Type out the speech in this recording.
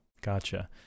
Gotcha